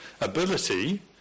ability